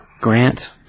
Grant